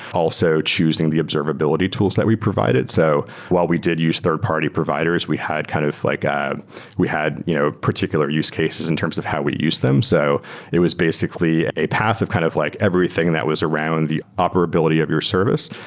also choosing the observability tools that we provided. so while we did use third-party providers, we had kind of like ah we had you know particular use cases in terms of how we use them. so it was basically a path of kind of like everything that was around the operability of your service.